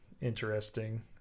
interesting